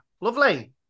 lovely